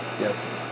yes